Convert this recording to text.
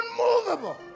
Unmovable